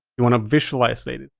you want to visualize latency.